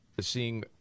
seeing